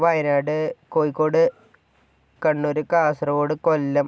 Wayanad Kozhikode Kannur Kasaragod Kollam